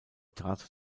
trat